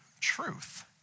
truth